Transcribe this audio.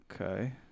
Okay